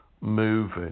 moving